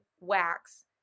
Wax